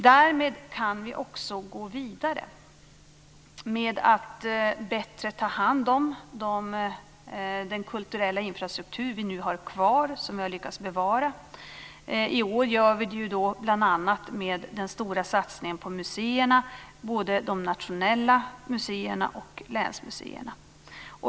Därmed kan vi också gå vidare med att bättre ta hand om den kulturella infrastruktur som vi har lyckats bevara. I år gör vi det bl.a. genom den stora satsningen på museerna, både de nationella museerna och länsmuseerna.